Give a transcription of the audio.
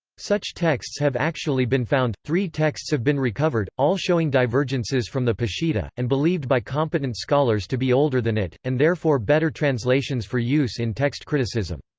such texts have actually been found three texts have been recovered, all showing divergences from the peshitta, and believed by competent scholars to be older than it, and therefore better translations for use in text criticism.